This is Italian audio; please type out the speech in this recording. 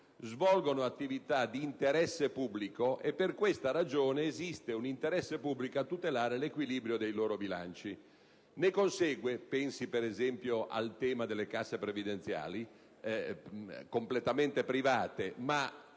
svolgono attività di interesse pubblico. Per questa ragione, quindi, esiste un interesse pubblico a tutelare l'equilibrio dei loro bilanci. Mi riferisco - per esempio - alle casse previdenziali completamente private, il